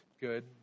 good